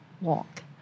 walk